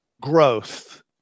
growth